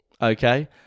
okay